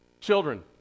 Children